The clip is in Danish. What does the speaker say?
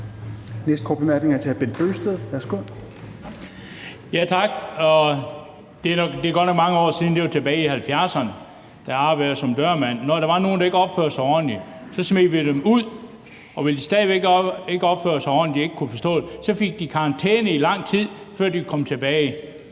næste korte bemærkning er til hr. Bent Bøgsted. Værsgo. Kl. 16:24 Bent Bøgsted (DF): Tak. For godt nok mange år siden – det var tilbage i 1970'erne – arbejdede jeg som dørmand, og når der var nogen, der ikke opførte sig ordentligt, så smed vi dem ud, og hvis de stadig væk ikke opførte sig ordentligt og de ikke kunne forstå det, fik de karantæne i lang tid, før de kunne komme tilbage.